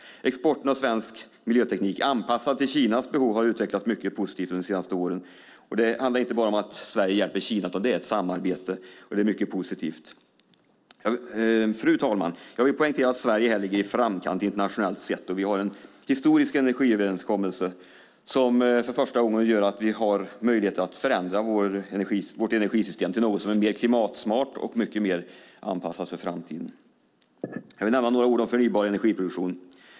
Exporten av svensk miljöteknik anpassad till Kinas behov har utvecklats mycket positivt de senaste åren. Det handlar inte bara om att Sverige hjälper Kina utan det är ett samarbete. Det är mycket positivt. Fru talman! Jag vill poängtera att Sverige här ligger i framkant internationellt sett. Vi har en historisk energiöverenskommelse som för första gången gör att vi har möjligheter att förändra vårt energisystem till något som är mer klimatsmart och mer anpassat för framtiden. Jag vill nämna några ord om förnybar energiproduktion.